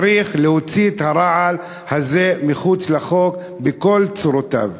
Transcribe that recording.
צריך להוציא את הרעל הזה מחוץ לחוק, בכל צורותיו.